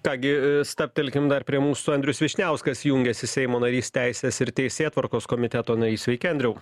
ką gi stabtelkim dar prie mūsų andrius vyšniauskas jungiasi seimo narys teisės ir teisėtvarkos komiteto narys sveiki andriau